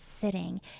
sitting